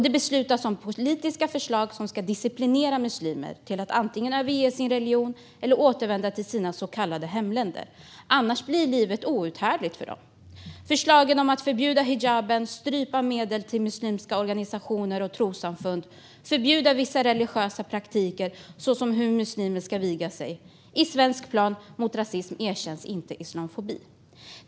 Det beslutas om politiska förslag som ska disciplinera muslimer till att antingen överge sin religion eller återvända till sina så kallade hemländer - annars blir livet outhärdligt för dem. Det finns förslag om att förbjuda hijab, strypa medel till muslimska organisationer och trossamfund och förbjuda vissa religiösa praktiker såsom hur muslimer vigs. I den svenska planen mot rasism erkänns inte islamofobi.